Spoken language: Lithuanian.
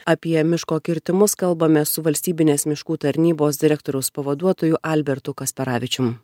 apie miško kirtimus kalbamės su valstybinės miškų tarnybos direktoriaus pavaduotoju albertu kasparavičium